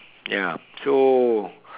ya so